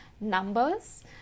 numbers